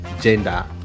gender